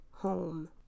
home